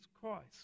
Christ